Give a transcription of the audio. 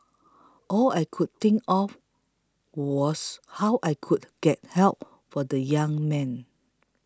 all I could think of was how I could get help for the young man